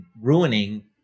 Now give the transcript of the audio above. ruining